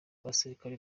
abasirikare